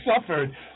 suffered